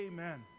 Amen